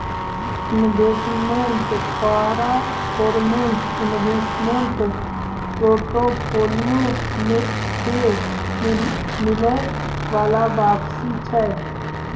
investment performance investment portfolio पे मिलै बाला वापसी छै